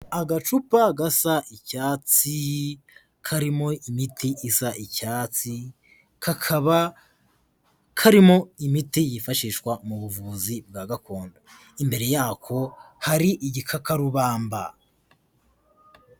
Agacupa gasa icyatsi, karimo imiti isa icyatsi, kakaba karimo imiti yifashishwa mu buvuzi bwa gakondo. Imbere yako, hari igikakarubamba.